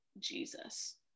jesus